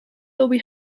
lobby